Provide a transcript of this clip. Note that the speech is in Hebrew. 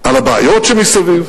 הלקאה עצמית על הבעיות שמסביב,